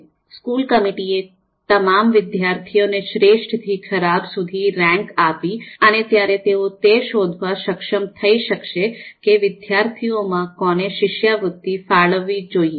school કમિટીએ તમામ વિદ્યાર્થીઓને શ્રેષ્ઠ થી ખરાબ સુધીની રેન્ક આપી અને ત્યારે તેઓ તે શોધવા સક્ષમ થયી શકશે કે વિદ્યાર્થીઓમાં કોને શિષ્યવૃત્તિ ફાળવવી જોયીયે